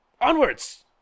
Onwards